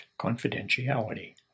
confidentiality